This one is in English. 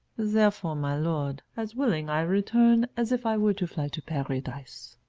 therefore, my lord, as willing i return, as if i were to fly to paradise.